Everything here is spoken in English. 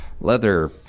leather